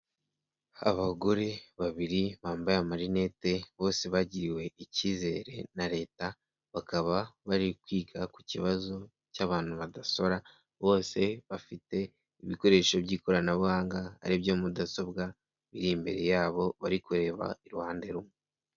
Abagore babiri bambaye amarinete bose bagiriwe icyizere na leta, bakaba bari kwiga ku kibazo cy'abantu badasora bose bafite ibikoresho by'ikoranabuhanga aribyo mudasobwa, biri imbere yabo bari kureba iruhande rumwe.